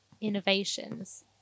innovations